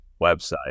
website